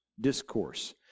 Discourse